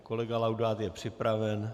Kolega Laudát je připraven.